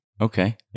Okay